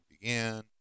began